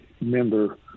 member